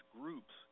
groups